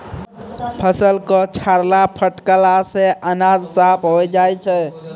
फसल क छाड़ला फटकला सें अनाज साफ होय जाय छै